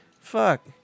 fuck